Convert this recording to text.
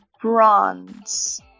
bronze